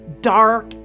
dark